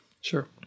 Sure